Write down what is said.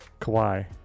Kawhi